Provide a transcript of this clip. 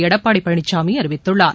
எடப்பாடி பழனிசாமி அறிவித்துள்ளார்